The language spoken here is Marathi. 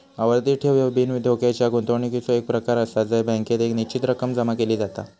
आवर्ती ठेव ह्यो बिनधोक्याच्या गुंतवणुकीचो एक प्रकार आसा जय बँकेत एक निश्चित रक्कम जमा केली जाता